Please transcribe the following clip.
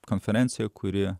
konferencija kurioje